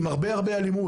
עם הרבה אלימות.